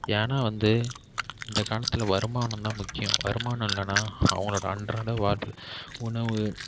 ஏன்னால் வந்து இந்த காலத்தில் வருமானம் தான் முக்கியம் வருமானம் இல்லைன்னா அவர்களோட அன்றாட வாழ்வு உணவு